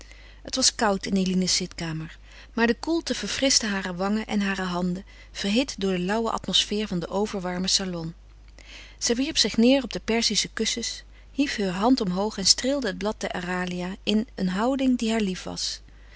het was koud in eline's zitkamer maar de koelte verfrischte hare wangen en hare handen verhit door de lauwe atmosfeer van den overwarmen salon zij wierp zich neêr op de perzische kussens hief heur hand omhoog en streelde het blad der aralia in een houding die haar lief was